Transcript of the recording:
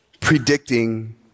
predicting